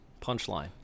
punchline